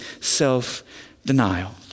self-denial